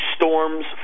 storms